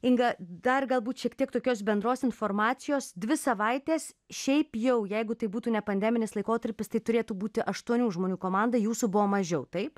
inga dar galbūt šiek tiek tokios bendros informacijos dvi savaites šiaip jau jeigu tai būtų ne pandeminis laikotarpis tai turėtų būti aštuonių žmonių komanda jūsų buvo mažiau taip